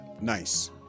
Nice